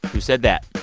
who said that.